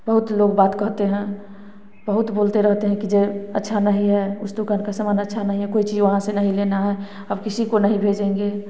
बहुत लोग बात कहते हैं बहुत बोलते रहते हैं कि जे अच्छा नहीं है उस दुकान का समान अच्छा नहीं है कोई चीज वहाँ से नहीं लेना है अब किसी को नहीं भेजेंगे